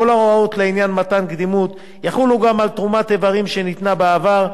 כל ההוראות לעניין מתן קדימות יחולו גם על תרומת איברים שניתנה בעבר,